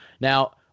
Now